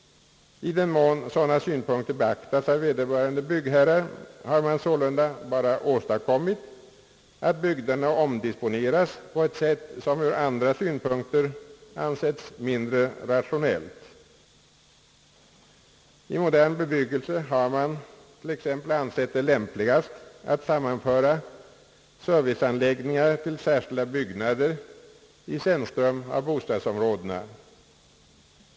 I den mån sådana synpunkter beaktas av vederbörande byggberrar, har man sålunda bara åstadkommit att byggnaderna omdisponeras på ett sätt som ur andra synpunkter anses mindre rationellt. I modern bebyggelse har det t.ex. ansetts lämpligast att sammanföra olika serviceanläggningar till särskilda byggnader i centrum av bostadsområdena.